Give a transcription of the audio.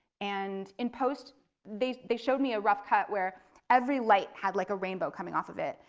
and in post they they showed me a rough cut where every light had like a rainbow coming off of it.